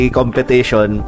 competition